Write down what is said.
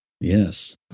yes